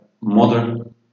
modern